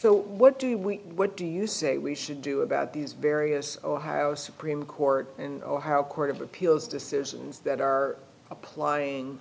so what do we what do you say we should do about these various ohio supreme court and or how court of appeals decisions that are applying